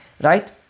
Right